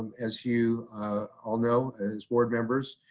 as you all know, as board members,